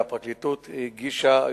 והפרקליטות הגישה,